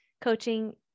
coaching